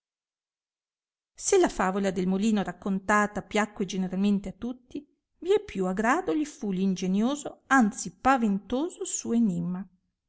se la favola dal molino raccontata piacque generalmente a tutti vie più a grado gli fu l ingenioso anzi paventoso suo enimma e